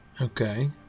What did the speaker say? Okay